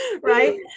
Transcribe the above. right